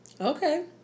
Okay